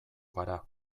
gara